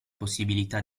possibilità